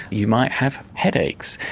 you might have headaches,